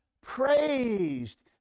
praised